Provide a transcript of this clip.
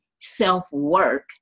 self-work